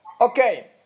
okay